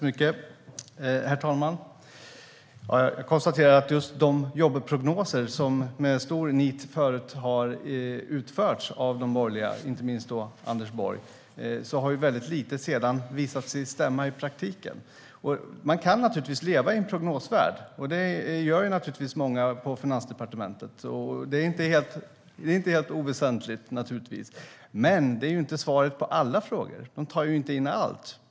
Herr talman! Jag konstaterar att av de jobbprognoser som med stort nit förut har utförts av de borgerliga, och då inte minst Anders Borg, har väldigt lite sedan visat sig stämma i praktiken. Man kan naturligtvis leva i en prognosvärld. Det gör många på Finansdepartementet. Det är inte helt oväsentligt. Men det är inte svaret på alla frågor. De tar inte in allt.